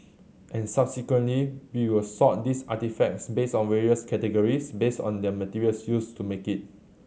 and subsequently we will sort these artefacts based on various categories based on the materials used to make it